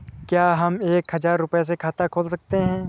क्या हम एक हजार रुपये से खाता खोल सकते हैं?